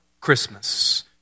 Christmas